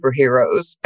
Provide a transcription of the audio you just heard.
superheroes